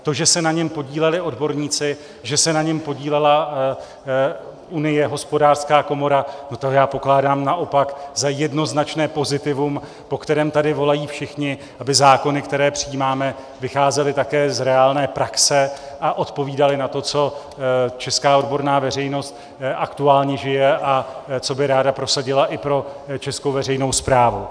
To, že se na něm podíleli odborníci, že se na něm podílela Hospodářská komora, já pokládám naopak za jednoznačné pozitivum, po kterém tady volají všichni, aby zákony, které přijímáme, vycházely také z reálné praxe a odpovídaly na to, co česká odborná veřejnost aktuálně žije a co by ráda prosadila i pro českou veřejnou správu.